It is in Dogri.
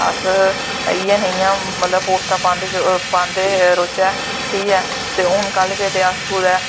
अस इयै नेंहियां मतलव पोस्टां पांदे रौह्च्चै ठीक ऐ हून कल्ल गै अस कुदै